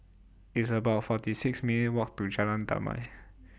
It's about forty six minutes' Walk to Jalan Damai